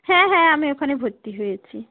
হ্যাঁ হ্যাঁ আমি ওখানে ভর্তি হয়েছি